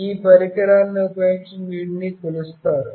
ఈ పరికరాన్ని ఉపయోగించి వీటిని కొలుస్తారు